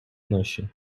наші